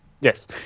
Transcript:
Yes